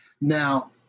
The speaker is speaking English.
Now